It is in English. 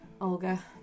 Olga